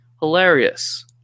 hilarious